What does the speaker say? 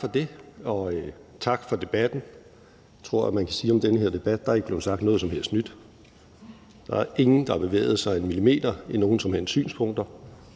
Tak, formand, og tak for debatten. Jeg tror, at man kan sige om den her debat, at der ikke er blevet sagt noget som helst nyt. Der er ingen, der har bevæget sig en millimeter i nogen som helst synspunkter,